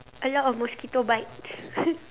a lot of mosquito bites